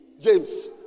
James